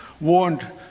warned